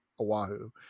oahu